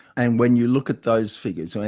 and when you look at those figures,